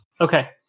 Okay